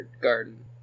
garden